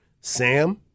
Sam